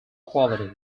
quality